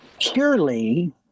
purely